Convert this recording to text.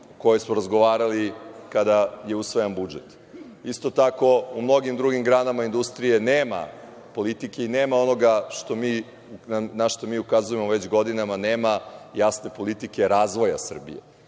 kojem smo razgovarali kada je usvojen budžet. Isto tako, u mnogim drugim granama industrije nema politike i nema onoga na šta mi ukazujemo već godinama, nema jasne politike razvoja Srbije,